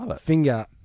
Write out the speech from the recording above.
finger